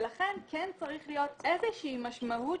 לכן כן צריכה להיות איזושהי משמעות